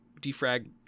defrag